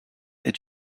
est